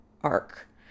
arc